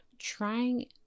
trying